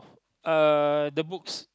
uh the books